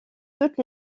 toutes